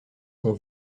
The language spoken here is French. sont